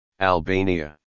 Albania